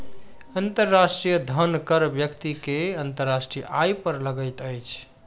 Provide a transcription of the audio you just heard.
अंतर्राष्ट्रीय धन कर व्यक्ति के अंतर्राष्ट्रीय आय पर लगैत अछि